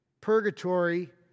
Purgatory